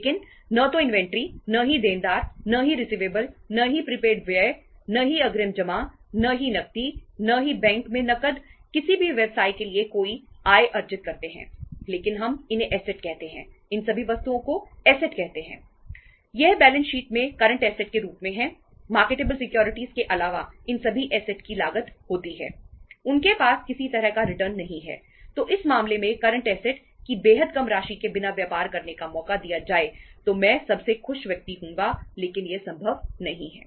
लेकिन न तो इन्वेंट्री की बेहद कम राशि के बिना व्यापार करने का मौका दिया जाए तो मैं सबसे खुश व्यक्ति हूंगा लेकिन यह संभव नहीं है